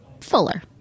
fuller